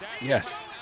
Yes